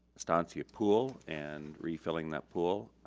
estancia pool and refilling that pool.